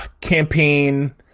campaign